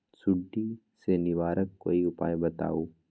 सुडी से निवारक कोई उपाय बताऊँ?